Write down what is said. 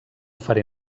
faré